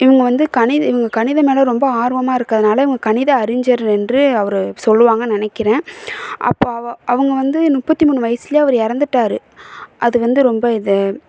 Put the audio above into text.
இவங்க வந்து கணித இவங்க கணிதம் மேலே ரொம்ப ஆர்வமாக இருக்கிறதுனால இவங்க கணித அறிஞர் என்று அவர் சொல்லுவாங்கன்னு நினைக்கிறேன் அப்போ அவ அவங்க வந்து முப்பத்தி மூணு வயசுல அவர் இறந்துட்டாரு அது வந்து ரொம்ப இது